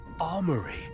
armory